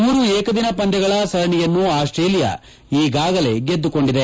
ಮೂರು ಏಕದಿನ ಪಂದ್ಲಗಳ ಸರಣಿಯನ್ನು ಆಸ್ಸೇಲಿಯಾ ಈಗಾಗಲೇ ಗೆದ್ದುಕೊಂಡಿದೆ